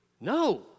No